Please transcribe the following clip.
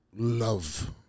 Love